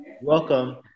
Welcome